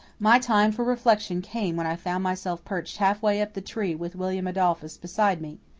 my time for reflection came when i found myself perched half way up the tree with william adolphus beside me.